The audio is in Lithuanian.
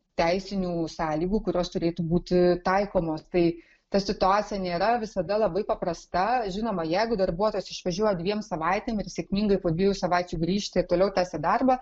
teisinių sąlygų kurios turėtų būti taikomos tai ta situacija nėra visada labai paprasta žinoma jeigu darbuotojas išvažiuoja dviem savaitėm ir sėkmingai po dviejų savaičių grįžta ir toliau tęsia darbą